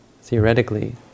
theoretically